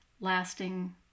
lasting